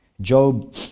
Job